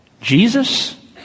Jesus